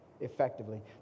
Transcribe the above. effectively